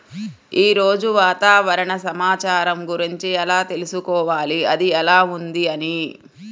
ఈరోజు వాతావరణ సమాచారం గురించి ఎలా తెలుసుకోవాలి అది ఎలా ఉంది అని?